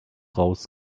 raus